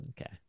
Okay